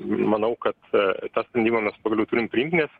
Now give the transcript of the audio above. manau kad tą sprendimą mes pagaliau turim priimt nes